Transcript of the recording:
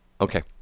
Okay